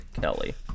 Kelly